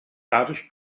dadurch